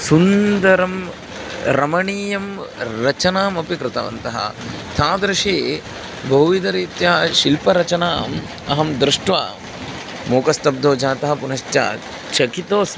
सुन्दरं रमणीयं रचनामपि कृतवन्तः तादृशी बहुविधरीत्या शिल्परचनाम् अहं दृष्ट्वा मूकस्तब्धो जाता पुनश्च चकितोस्मि